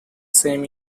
same